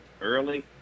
early